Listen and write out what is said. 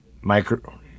micro